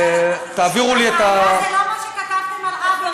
הבעיה היא לא מה שכתבתם על רבין,